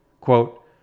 Quote